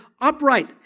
upright